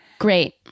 Great